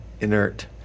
inert